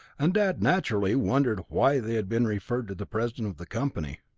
and dad naturally wondered why they had been referred to the president of the company.